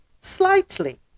slightly